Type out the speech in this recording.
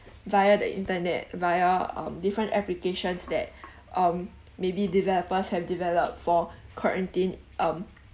via the internet via um different applications that um maybe developers have developed for quarantine um